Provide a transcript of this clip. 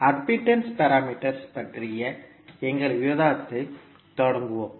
admittance parameters பற்றிய எங்கள் விவாதத்தைத் தொடங்குவோம்